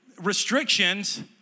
restrictions